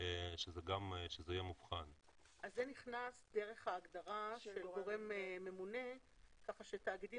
זה נכנס דרך ההגדרה של גורם ממונה כך שתאגידים